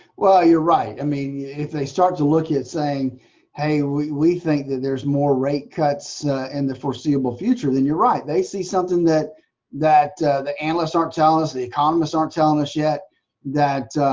well you're right i mean if they start to look at saying hey we we think that there's more rate cuts in the foreseeable future then you're right they see something that that the analysts aren't telling us the economists aren't telling us yet that